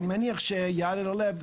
אני מניח שעם יד על הלב,